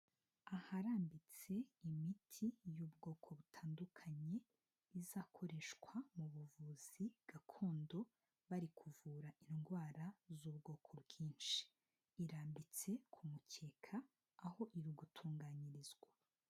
Aharambitse imiti y'ubwoko butandukanye, izakoreshwa mu buvuzi gakondo bari kuvura indwara z'ubwoko bwinshi. Irambitse ku mukeka aho iri gutunganyirizwa.